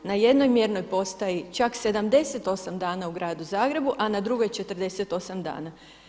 Na jednoj mjernoj postaji čak 78 dana u gradu Zagrebu, a na drugoj 48 dana.